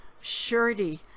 surety